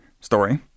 story